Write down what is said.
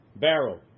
barrel